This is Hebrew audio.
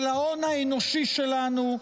של ההון האנושי שלנו,